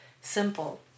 simple